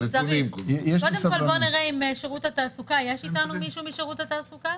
קודם כל בואו נראה אם יש איתנו מישהו משירות התעסוקה.